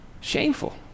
Shameful